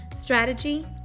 strategy